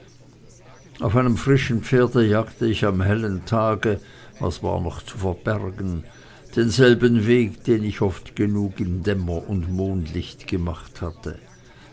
auf einem frischen pferde jagte ich am hellen tage was war noch zu verbergen denselben weg den ich oft genug in dämmer und mondlicht ge macht hatte